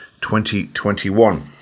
2021